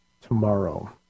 tomorrow